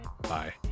Bye